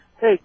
Hey